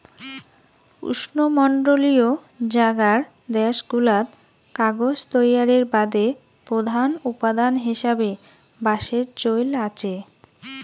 উষ্ণমণ্ডলীয় জাগার দ্যাশগুলাত কাগজ তৈয়ারের বাদে প্রধান উপাদান হিসাবে বাঁশের চইল আচে